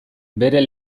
beren